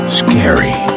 scary